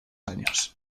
años